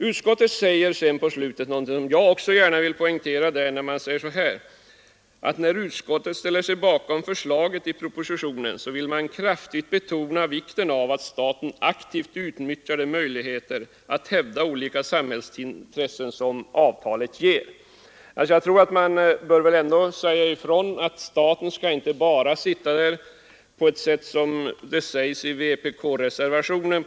Utskottet säger mot slutet något som jag gärna vill poängtera: ”När utskottet sålunda ställer sig bakom förslaget i propositionen vill utskottet kraftigt betona vikten av att staten aktivt utnyttjar de möjligheter att hävda olika samhällsintressen som avtalet ger.” Man bör väl ändå säga ifrån, att staten inte bara skall sitta där med en gisslan i styrelsen, som det sägs i vpk-reservationen.